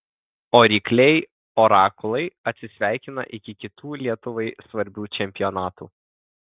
o rykliai orakulai atsisveikina iki kitų lietuvai svarbių čempionatų